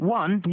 one